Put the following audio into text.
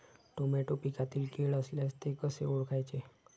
Tomato पिकातील कीड असल्यास ते कसे ओळखायचे?